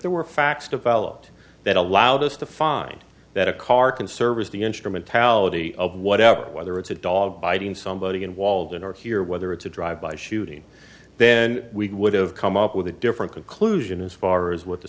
there were facts developed that allowed us to find that a car can service the instrumentality of whatever whether it's a dog biting somebody in walden or here whether it's a drive by shooting then we would have come up with a different conclusion as far as what the